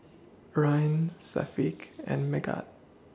Ryan Syafiq and Megat